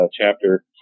chapter